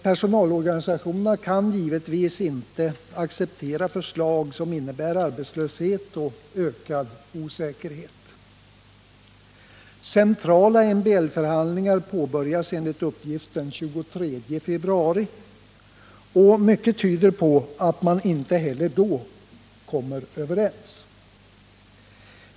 Personalorganisationerna kan givetvis inte acceptera förslag som innebär arbetslöshet och ökad osäkerhet. Centrala MBL-förhandlingar påbörjas enligt uppgift den 23 februari, och mycket tyder på att man inte heller då kommer överens.